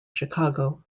chicago